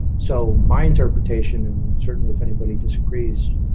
so my interpretation and certainly if anybody disagrees,